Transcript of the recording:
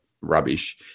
rubbish